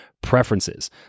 preferences